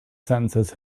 sentences